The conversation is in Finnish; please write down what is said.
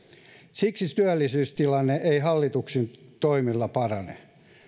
siksi työllisyystilanne ei hallituksen toimilla parane